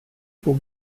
pour